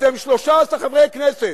אתם 13 חברי כנסת.